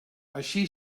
així